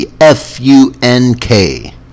F-U-N-K